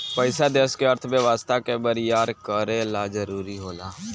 पइसा देश के अर्थव्यवस्था के बरियार करे ला जरुरी होला